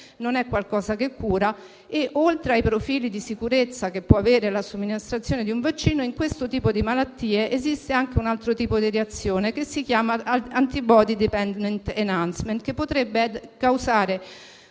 e che non cura. Oltre ai profili di sicurezza che la somministrazione di un vaccino può avere, in questo tipo di malattie esiste anche un altro tipo di reazione che si chiama *antibody-dependent enhancement*, che potrebbe causare